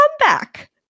comeback